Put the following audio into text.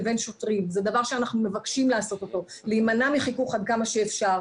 לפי מדיינות המשטרה,